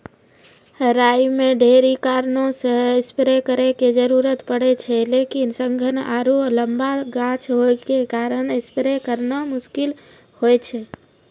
राई मे ढेरी कारणों से स्प्रे करे के जरूरत पड़े छै लेकिन सघन आरु लम्बा गाछ होय के कारण स्प्रे करना मुश्किल होय छै?